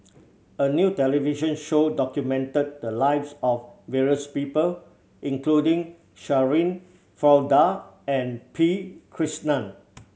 a new television show documented the lives of various people including Shirin Fozdar and P Krishnan